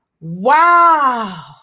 Wow